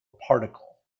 particle